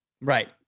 Right